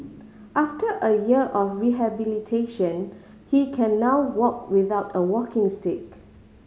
after a year of rehabilitation he can now walk without a walking stick